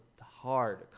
hard